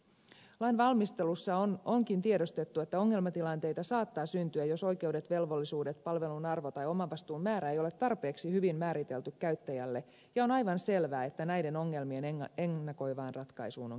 lain valmistelussa onkin tiedostettu että ongelmatilanteita saattaa syntyä jos oikeudet velvollisuudet palvelun arvo tai omavastuun määrä eivät ole tarpeeksi hyvin määritellyt käyttäjälle ja on aivan selvää että näiden ongelmien ennakoivaan ratkaisuun on keskityttävä